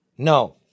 No